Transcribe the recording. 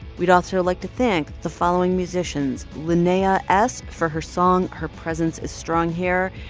we'd also like to thank the following musicians lanea s. for her song her presence is strong here,